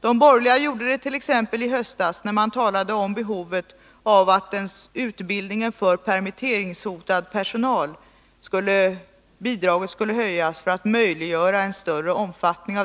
De borgerliga gjorde det t.ex. i höstas, när man talade om behovet av att höja bidragen för utbildning för permitteringshotad personal för att möjliggöra att den utbildningen fick en ökad omfattning.